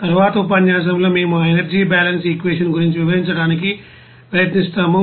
తరువాతి ఉపన్యాసంలో మేము ఆ ఎనర్జీ బాలన్స్ఈక్వేషన్ గురించి వివరించడానికి ప్రయత్నిస్తాము